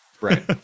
Right